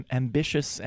ambitious